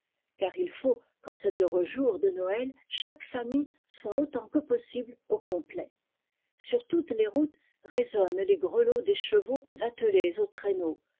car il faut qu'en cet heureux jour de noël chaque famille soit autant que possible au complet sur toutes les routes résonnent les grelots des chevaux attelés aux traîneaux